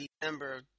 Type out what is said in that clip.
December